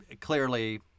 clearly